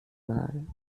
mal